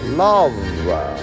love